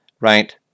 Right